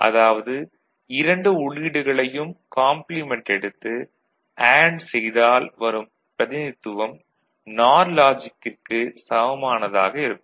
அதாவது இரண்டு உள்ளீடுகளையும் காம்ப்ளிமெண்ட் எடுத்து அண்டு செய்தால் வரும் பிரதிநிதித்துவம் நார் லாஜிக் கிற்கு சமமானதாக இருக்கும்